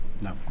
No